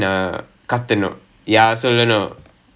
so no oh okay